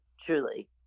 truly